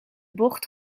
bocht